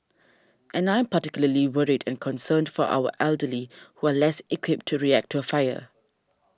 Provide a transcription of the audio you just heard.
and I'm particularly worried and concerned for our elderly who are less equipped to react to a fire